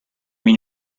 mean